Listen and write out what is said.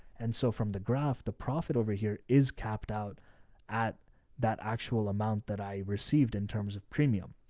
and so from the graph, the profit over here is capped out at that actual amount that i received in terms of premium.